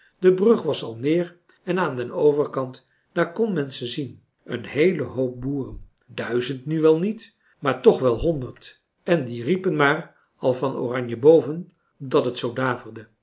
de brug was al neer en aan den overkant daar kon men ze zien een heelen hoop boeren duizend nu wel niet maar toch wel honderd en die riepen maar al van oranje boven dat het zoo daverde